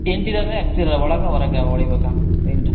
interior exterior ಒಳಗೆ ಹೊರಗೆ ಹೊಡಿಬೇಕ ಪೈಂಟು